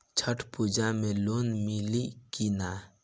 छठ पूजा मे लोन मिली की ना?